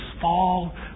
fall